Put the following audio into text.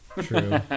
True